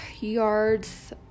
yards